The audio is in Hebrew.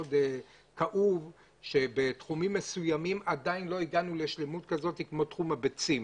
כאוב כי בתחומים מסוימים עדיין לא הגענו לשלמות כזאת כמו תחום הביצים.